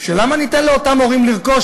למה ניתן לאותם הורים לרכוש?